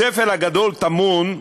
השפל הגדול טמון,